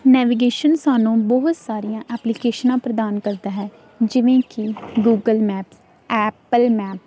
navigation ਸਾਨੂੰ ਬਹੁਤ ਸਾਰੀਆਂ ਐਪਲੀਕੇਸ਼ਨਾਂ ਪ੍ਰਦਾਨ ਕਰਦਾ ਹੈ ਜਿਵੇਂ ਕਿ ਗੂਗਲ ਮੈਪਸ ਐਪਲ ਮੈਪਸ